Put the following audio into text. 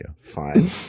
Fine